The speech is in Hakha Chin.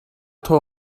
thaw